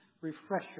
Refresher